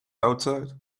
outside